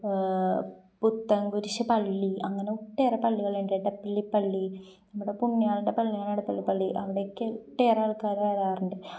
പുത്തംകുരിശ് പള്ളി അങ്ങനെ ഒട്ടേറെ പള്ളികളുണ്ട് എടപ്പള്ളി പള്ളി നമ്മുടെ പുണ്യാളൻ്റെ പള്ളിയാണ് എടപ്പള്ളി പള്ളി അവിടെയൊക്കെ ഒട്ടേറെ ആൾക്കാർ വരാറുണ്ട്